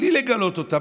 בלי לגלות אותה,